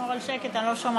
לשמור על שקט, אני לא שומעת.